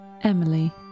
Emily